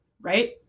right